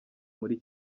muri